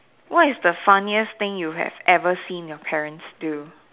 what is the funniest thing you have ever seen your parents do